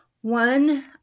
One